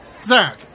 Zach